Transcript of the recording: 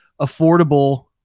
affordable